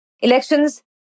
Elections